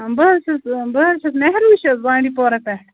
بہٕ حَظ چھَس بہٕ حَظ چھَس مہروش چھَس بانٛڈی پوراہ پٮ۪ٹھ